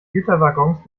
güterwaggons